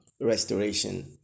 restoration